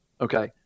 okay